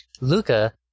Luca